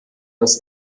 das